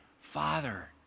Father